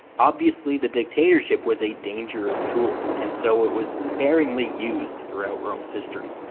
obviously the dictatorship was a dangerous tool, and so it was sparingly used throughout rome's history.